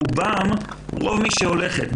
רוב מי שהולכות לעבוד,